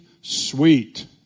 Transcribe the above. sweet